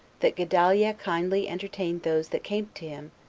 that gedaliah kindly entertained those that came to him,